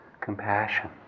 compassion